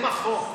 הם החוק.